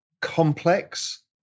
complex